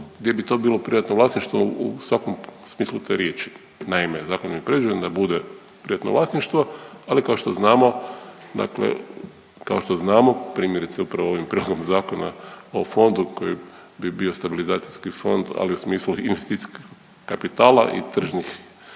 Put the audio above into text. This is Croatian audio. gdje bi to bilo privatno vlasništvo u svakom smislu te riječi. Naime, zakonom je predviđeno da bude privatno vlasništvo, ali kao što znamo, dakle kao što znamo primjerice upravo ovim prijedlogom zakona o fondu koji bi bio stabilizacijski fond, ali u smislu investicijskog kapitala i tržnih